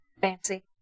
Fancy